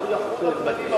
לא יחול,